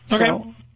Okay